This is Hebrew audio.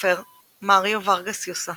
לסופר מריו ורגס יוסה